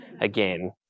again